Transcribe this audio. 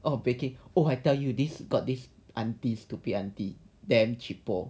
oh baking oh I tell you this got this aunty stupid aunty damn cheapo